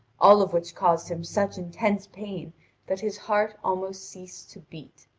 all of which caused him such intense pain that his heart almost ceased to beat.